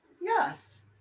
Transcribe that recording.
Yes